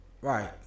right